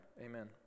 amen